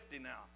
now